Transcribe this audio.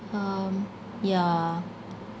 um yeah